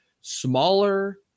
Smaller